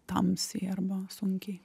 tamsiai arba sunkiai